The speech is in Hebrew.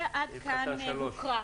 למעשה עד כאן הוקרא.